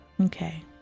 okay